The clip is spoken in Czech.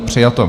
Přijato.